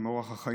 עם אורח החיים,